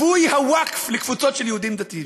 וזה מה שנקרא "ליווי הווקף" לקבוצות של יהודים דתיים.